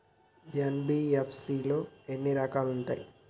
NBFC లో ఎన్ని రకాలు ఉంటాయి?